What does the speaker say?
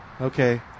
Okay